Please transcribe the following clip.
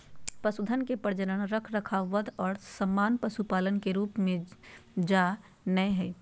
पशुधन के प्रजनन, रखरखाव, वध और सामान्य पशुपालन के रूप में जा नयय हइ